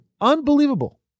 Unbelievable